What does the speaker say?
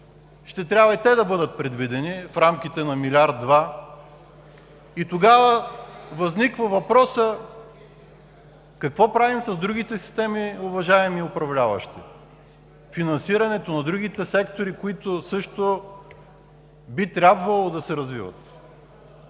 ще трябва и те да бъдат предвидени в рамките на 1 – 2 милиарда. Тогава възниква въпросът: какво правим с другите системи, уважаеми управляващи, финансирането на другите сектори, които също би трябвало да се развиват?